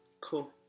cool